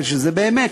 באמת,